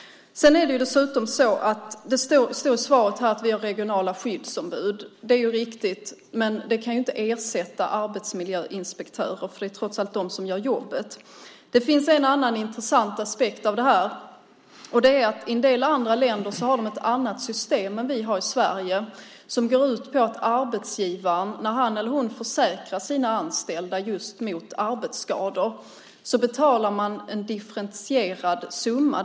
Dessutom står det i svaret att vi har regionala skyddsombud. Det är riktigt, men det kan inte ersätta arbetsmiljöinspektörer. Det är trots allt de som gör jobbet. Det finns en annan intressant aspekt på det här, och det är att man i en del länder har ett annat system än vi har i Sverige, som går ut på att arbetsgivaren när han eller hon försäkrar sina anställda mot arbetsskador betalar en differentierad summa.